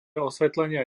osvetlenia